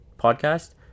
podcast